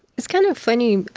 it's kind of funny.